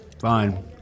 fine